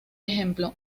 ejemplo